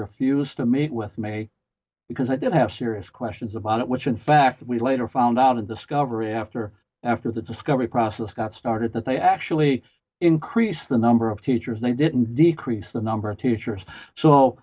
refused to meet with me because i did have serious questions about it which in fact we later found out in discovery after after the discovery process got started that they actually increase the number of teachers they didn't decrease the number of teachers so